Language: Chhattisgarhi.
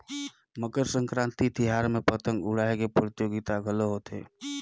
मकर संकरांति तिहार में पतंग उड़ाए के परतियोगिता घलो होथे